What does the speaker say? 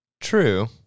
True